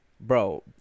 Bro